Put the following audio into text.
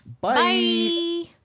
Bye